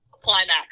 climax